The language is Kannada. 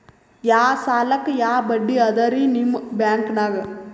ಯಾ ಸಾಲಕ್ಕ ಯಾ ಬಡ್ಡಿ ಅದರಿ ನಿಮ್ಮ ಬ್ಯಾಂಕನಾಗ?